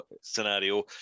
scenario